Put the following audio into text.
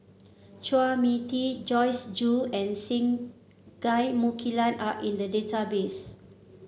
Chua Mia Tee Joyce Jue and Singai Mukilan are in the database